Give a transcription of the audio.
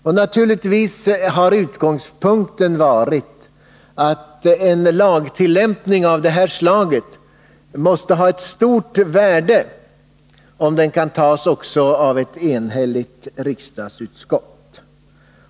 Utgångspunkten har naturligtvis varit att det måste vara av stort värde om en lagändring av det här slaget kan omfattas av ett enhälligt riksdagsutskott.